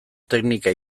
teknika